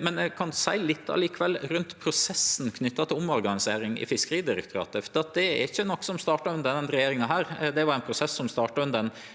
men eg kan likevel seie litt rundt prosessen knytt til omorganisering i Fiskeridirektoratet. Det er ikkje noko som starta under denne regjeringa. Det var ein prosess som starta under den førre regjeringa,